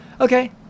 Okay